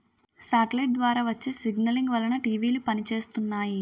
satellite ద్వారా వచ్చే signalling వలన టీవీలు పనిచేస్తున్నాయి